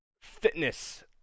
fitness